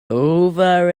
over